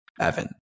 Evan